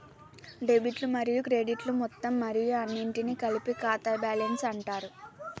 డెబిట్లు మరియు క్రెడిట్లు మొత్తం మరియు అన్నింటినీ కలిపి ఖాతా బ్యాలెన్స్ అంటరు